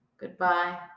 Goodbye